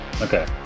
Okay